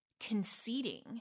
conceding